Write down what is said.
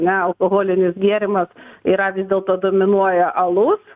ne alkoholinis gėrimas yra vis dėlto dominuoja alus